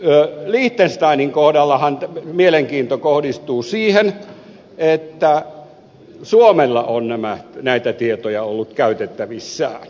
nyt liechtensteinin kohdallahan mielenkiinto kohdistuu siihen että suomella on näitä tietoja ollut käytettävissään